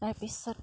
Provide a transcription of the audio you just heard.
তাৰপিছত